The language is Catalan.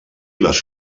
les